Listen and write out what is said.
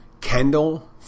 Kendall